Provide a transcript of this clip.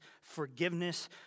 forgiveness